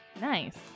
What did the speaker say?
Nice